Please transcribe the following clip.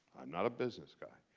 i'm not a business guy,